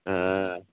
হ্যাঁ